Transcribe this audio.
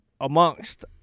Amongst